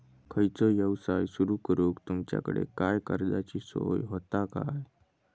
खयचो यवसाय सुरू करूक तुमच्याकडे काय कर्जाची सोय होता काय?